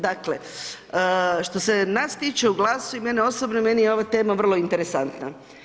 Dakle, što se nas tiče u GLAS-u i mene osobno, meni je ova tema vrlo interesantna.